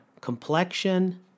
complexion